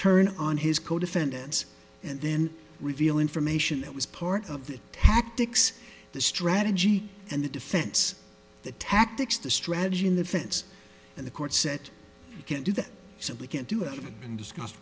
turn on his co defendants and then reveal information that was part of the tactics the strategy and the defense the tactics the strategy in the fence and the court said you can't do that so we can't do it and discuss